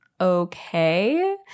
okay